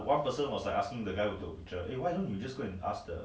but 这些钱 can be use for other things also what